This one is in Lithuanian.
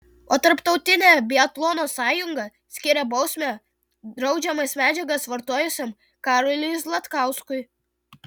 o tarptautinė biatlono sąjunga skyrė bausmę draudžiamas medžiagas vartojusiam karoliui zlatkauskui